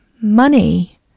money